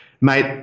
mate